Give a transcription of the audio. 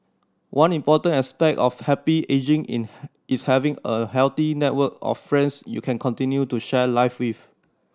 one important aspect of happy ageing in is having a healthy network of friends you can continue to share life with